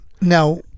Now-